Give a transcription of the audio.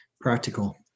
practical